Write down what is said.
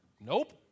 Nope